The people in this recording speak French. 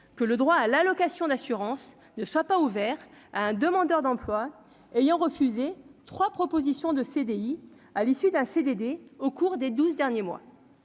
que le droit à l'allocation d'assurance ne soit pas ouvert à un demandeur d'emploi ayant refusé 3 propositions de CDI à l'issue d'un CDD, au cours des 12 derniers mois,